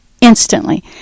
instantly